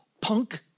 punk